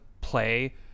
play